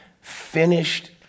finished